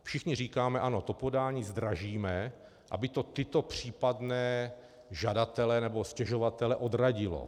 Všichni říkáme ano, to podání zdražíme, aby to tyto případné žadatele nebo stěžovatele odradilo.